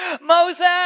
Moses